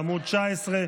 בעמ' 19,